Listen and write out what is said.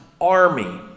army